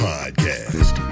Podcast